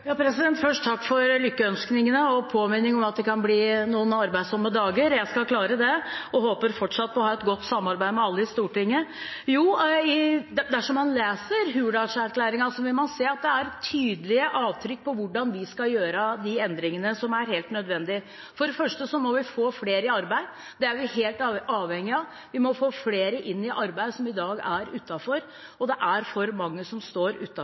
Først vil jeg takke for lykkønskningene og påminningen om at det kan bli noen arbeidsomme dager. Jeg skal klare det og håper fortsatt å ha et godt samarbeid med alle i Stortinget. Dersom man leser Hurdalserklæringen, vil man se at den inneholder et tydelig avtrykk for hvordan vi skal gjøre de endringene som er helt nødvendige. For det første må vi få flere i arbeid. Det er vi helt avhengige av. Vi må få flere i arbeid som i dag er utenfor, og det er for mange som står